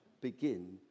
begin